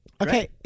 Okay